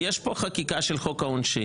יש פה חקיקה של חוק העונשין,